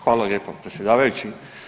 Hvala lijepo predsjedavajući.